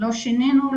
לא שינינו,